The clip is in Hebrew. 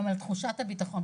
גם על תחושת הביטחון,